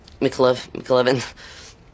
McLovin